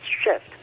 shift